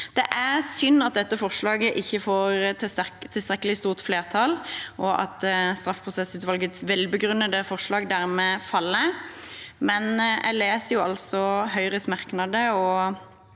Det er synd at dette forslaget ikke får tilstrekkelig stort flertall, og at straffeprosessutvalgets velbegrunnede forslag dermed faller. Samtidig leser jeg Høyres merknader,